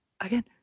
again